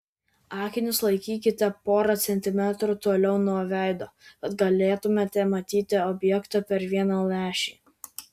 akinius laikykite porą centimetrų toliau nuo veido kad galėtumėte matyti objektą per vieną lęšį